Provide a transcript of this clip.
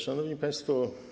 Szanowni Państwo!